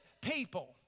people